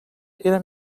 era